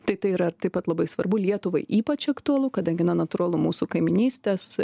tai tai yra taip pat labai svarbu lietuvai ypač aktualu kadangi na natūralu mūsų kaimynystės